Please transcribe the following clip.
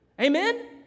Amen